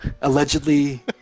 allegedly